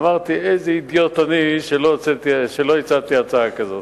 אמרתי: איזה אידיוט אני שלא הצעתי הצעה כזאת.